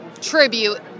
tribute